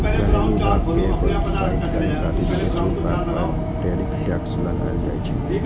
घरेलू उद्योग कें प्रोत्साहितो करै खातिर विदेशी उत्पाद पर टैरिफ टैक्स लगाएल जाइ छै